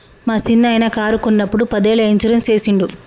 మా సిన్ననాయిన కారు కొన్నప్పుడు పదేళ్ళ ఇన్సూరెన్స్ సేసిండు